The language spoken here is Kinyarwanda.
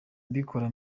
mbikora